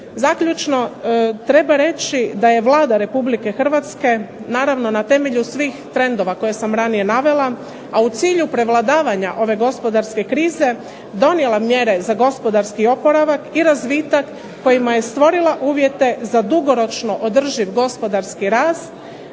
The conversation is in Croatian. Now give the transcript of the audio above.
Zaključno treba reći da je Vlada Republike Hrvatske naravno na temelju svih trendova koje sam ranije navela, a u cilju prevladavanja ove gospodarske krize donijela mjere za gospodarski oporavak i razvitak kojima je stvorila uvjete za dugoročno održiv gospodarski rast,